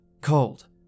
cold